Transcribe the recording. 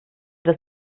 das